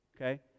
okay